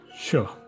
Sure